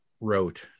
wrote